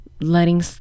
letting